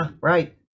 right